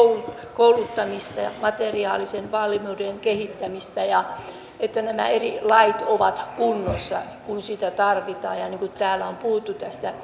kouluttamista ja materiaalisen valmiuden kehittämistä ja sitä että nämä eri lait ovat kunnossa kun sitä tarvitaan ja niin kuin täällä on puhuttu tästä